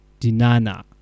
Dinana